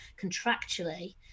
contractually